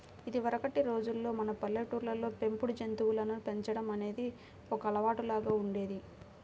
ఇదివరకటి రోజుల్లో మన పల్లెటూళ్ళల్లో పెంపుడు జంతువులను పెంచడం అనేది ఒక అలవాటులాగా ఉండేది